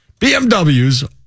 BMWs